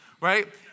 right